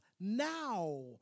now